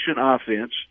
offense